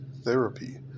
therapy